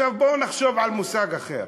עכשיו, בואו נחשוב על מושג אחר.